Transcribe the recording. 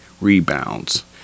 rebounds